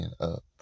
up